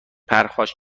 پرخاش